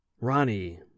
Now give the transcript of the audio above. Ronnie